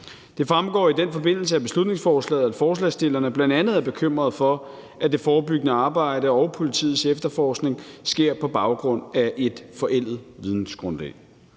Det fremgår i den forbindelse af beslutningsforslaget, at forslagsstillerne bl.a. er bekymret for, at det forebyggende arbejde og politiets efterforskning sker på baggrund af et forældet vidensgrundlag.